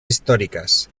històriques